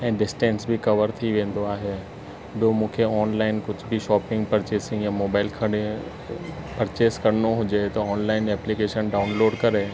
ऐं डिस्टैंस बि कवर थी वेंदो आहे डो मूंखे ऑनलाइन कुझु बि शॉपिंग परचेसिंग या मोबाइल खणी परचेस करिणो हुजे त ऑनलाइन एप्लीकेशन डाउनलोड करे